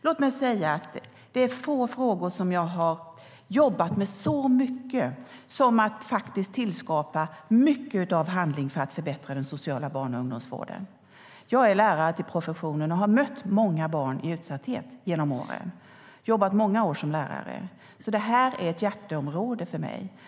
Låt mig säga att det är få frågor som jag har jobbat med så mycket som när det gäller att tillskapa handling för att förbättra den sociala barn och ungdomsvården. Jag är lärare till professionen, och jag har mött många barn i utsatthet genom åren. Jag har jobbat i många år som lärare, så detta är ett hjärteområde för mig.